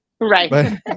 Right